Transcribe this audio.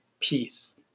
peace